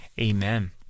Amen